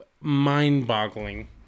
mind-boggling